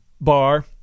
bar